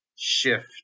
shift